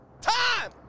time